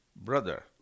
brother